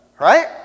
right